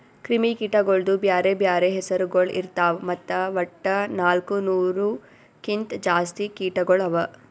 ಕ್ರಿಮಿ ಕೀಟಗೊಳ್ದು ಬ್ಯಾರೆ ಬ್ಯಾರೆ ಹೆಸುರಗೊಳ್ ಇರ್ತಾವ್ ಮತ್ತ ವಟ್ಟ ನಾಲ್ಕು ನೂರು ಕಿಂತ್ ಜಾಸ್ತಿ ಕೀಟಗೊಳ್ ಅವಾ